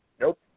Nope